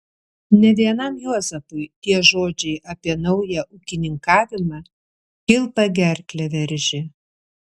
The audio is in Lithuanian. ne vienam juozapui tie žodžiai apie naują ūkininkavimą kilpa gerklę veržė